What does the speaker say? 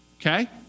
okay